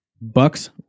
Bucks